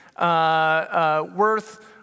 worth